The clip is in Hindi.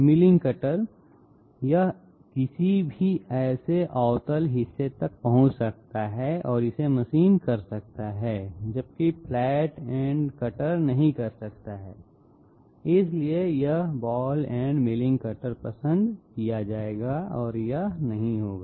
मिलिंग कटर यह किसी भी ऐसे अवतल हिस्से तक पहुंच सकता है और इसे मशीन कर सकता है जबकि फ्लैट एंड कटर नहीं कर सकता है इसलिए यह बॉल एंड मिलिंग कटर पसंद किया जाएगा और यह नहीं होगा